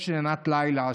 יש שנת לילה,